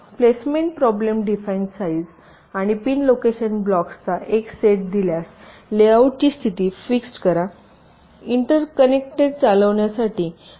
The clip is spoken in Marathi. तर प्लेसमेंट प्रॉब्लेम डिफाइन साईज आणि पिन लोकेशन ब्लॉक्सचा एक सेट दिल्यास लेआउटची स्थिती फिक्स्ड करा इंटरकनेक्सेट चालविण्यासाठी ब्लॉक्समध्ये पुरेशी जागाच नाही तर